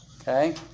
Okay